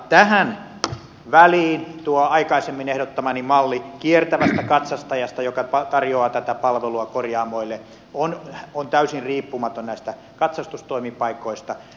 tähän väliin tuo aikaisemmin ehdottamani malli kiertävästä katsastajasta joka tarjoaa tätä palvelua korjaamoille on täysin riippumaton näistä katsastustoimipaikoista